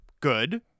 Good